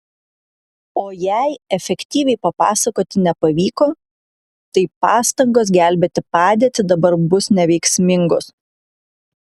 o jei efektyviai papasakoti nepavyko tai pastangos gelbėti padėtį dabar bus neveiksmingos